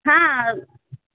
हा